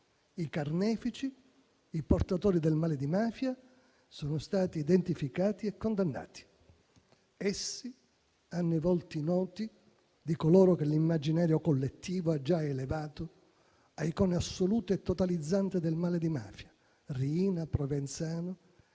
I carnefici, i portatori del male di mafia sono stati identificati e condannati. Essi hanno i volti noti di coloro che l'immaginario collettivo ha già elevato a icone assolute e totalizzanti del male di mafia: Riina, Provenzano